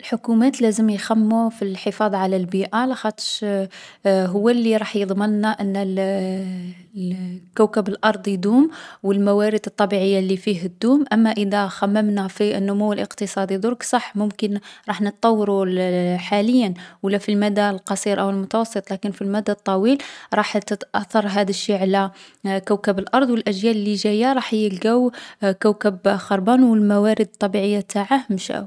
الحكومات لازم يخممو في الحفاظ على البيئة لاخاطش هو لي راح يضمن لنا أن الـ الـ كوكب الأرض يدوم و الموارد الطبيعية لي فيه دوم. أما إذا خممنا في النمو الاقتصادي ضرك، صح ممكن رح نطوّرو حاليا و لا في المدى القصير أو المتوسط لاكن في المدى الطويل راح تتأثر هاذ الشي على كوكب الأرض و الأجيال لي جاية راح يلقاو كوكب خربان و الموارد الطبيعية نتاعه مشاو.